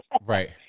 Right